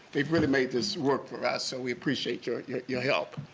they've really made this work for us, so we appreciate your yeah your help.